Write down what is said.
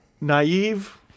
naive